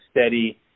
steady